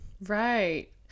Right